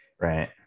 Right